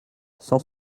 cent